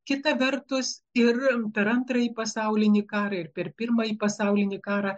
kita vertus ir per antrąjį pasaulinį karą ir per pirmąjį pasaulinį karą